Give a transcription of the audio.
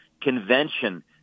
Convention